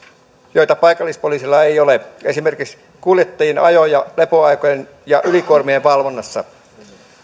jota paikallispoliisilla ei ole esimerkiksi kuljettajien ajo ja lepoaikojen ja ylikuormien valvonnassa